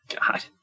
God